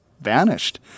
vanished